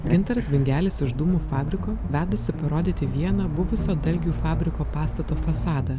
gintaras bingelis iš dūmų fabriko vedasi parodyti vieną buvusio dalgių fabriko pastato fasadą